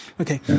Okay